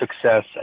success